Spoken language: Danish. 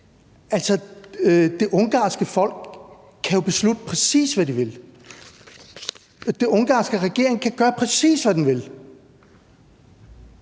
Det ungarske folk kan jo beslutte, præcis hvad de vil. Den ungarske regering kan gøre, præcis hvad den vil.